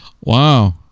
Wow